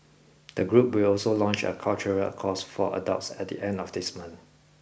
the group will also launch a cultural course for adults at the end of this month